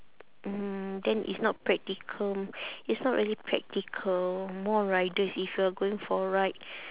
mm then it's not practical it's not really practical more riders if you're going for a ride